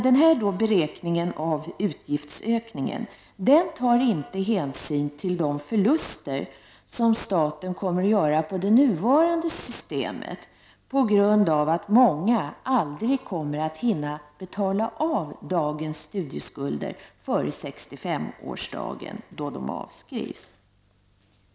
Men den beräkningen av utgiftsökningen tar inte hänsyn till de förluster som staten kommer att göra på det nuvarande systemet, på grund av att många aldrig kommer att hinna betala av dagens studielån före sextiofemårsdagen, då de avskrivs.